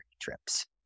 trips